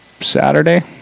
Saturday